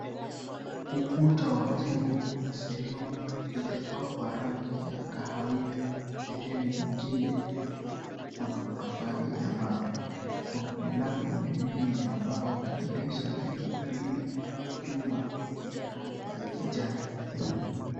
Ukuta wa jengo una sehemu iliyopakwa rangi ya kahawia na sehemu ingine imefunikwa na matofali ya mawe . Kuna milango miwili ya mbao na dirisha lenye grili ya chuma ya rangi ya kijani.